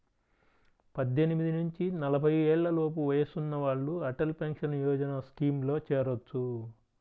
పద్దెనిమిది నుంచి నలభై ఏళ్లలోపు వయసున్న వాళ్ళు అటల్ పెన్షన్ యోజన స్కీమ్లో చేరొచ్చు